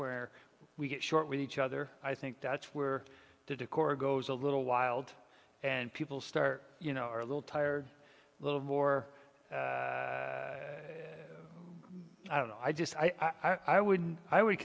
where we get short with each other i think that's where the decor goes a little wild and people start you know are a little tired little more i don't know i just i would i would